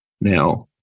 now